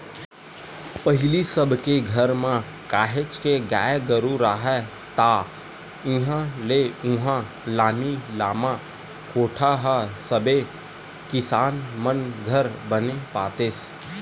पहिली सब के घर म काहेच के गाय गरु राहय ता इहाँ ले उहाँ लामी लामा कोठा ह सबे किसान मन घर बने पातेस